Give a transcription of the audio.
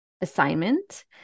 assignment